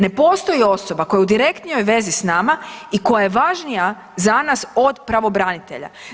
Ne postoji osoba koja je u direktnijoj vezi sa nama i koja je važnija za nas od pravobranitelja.